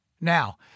Now